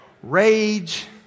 rage